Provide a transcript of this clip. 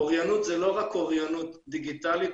אוריינות זה לא רק אוריינות דיגיטלית,